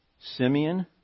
Simeon